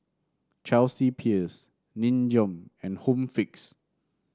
Chelsea Peers Nin Jiom and Home Fix